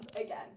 again